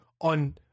on